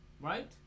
right